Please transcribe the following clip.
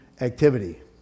activity